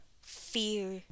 fear